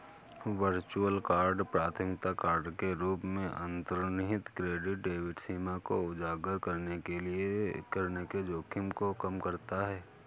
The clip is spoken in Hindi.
वर्चुअल कार्ड प्राथमिक कार्ड के रूप में अंतर्निहित क्रेडिट डेबिट सीमा को उजागर करने के जोखिम को कम करता है